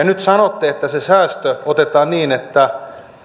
nyt sanotte että se säästö otetaan niin että